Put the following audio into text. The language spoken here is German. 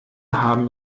haben